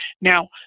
Now